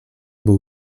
był